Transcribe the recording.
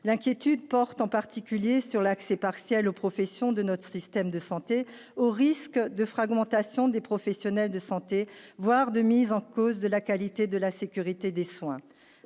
l'inquiétude porte en particulier sur l'accès partiel aux professions de notre système de santé au risque de fragmentation des professionnels de santé, voire de mise en cause de la qualité de la sécurité des soins,